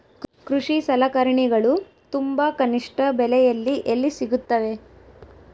ಕೃಷಿ ಸಲಕರಣಿಗಳು ತುಂಬಾ ಕನಿಷ್ಠ ಬೆಲೆಯಲ್ಲಿ ಎಲ್ಲಿ ಸಿಗುತ್ತವೆ?